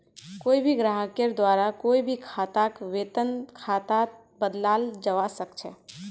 कोई भी ग्राहकेर द्वारा कोई भी खाताक वेतन खातात बदलाल जवा सक छे